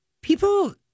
people